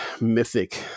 mythic